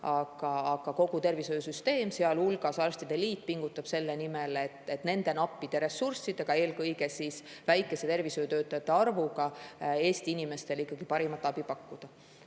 aga kogu tervishoiusüsteem, sealhulgas arstide liit pingutab selle nimel, et nende nappide ressurssidega, eelkõige väikese tervishoiutöötajate arvuga Eesti inimestele ikkagi parimat abi pakkuda. Igal